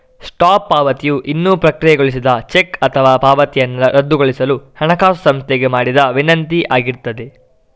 stop ಪಾವತಿಯು ಇನ್ನೂ ಪ್ರಕ್ರಿಯೆಗೊಳಿಸದ ಚೆಕ್ ಅಥವಾ ಪಾವತಿಯನ್ನ ರದ್ದುಗೊಳಿಸಲು ಹಣಕಾಸು ಸಂಸ್ಥೆಗೆ ಮಾಡಿದ ವಿನಂತಿ ಆಗಿರ್ತದೆ